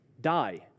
die